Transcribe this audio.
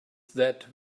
that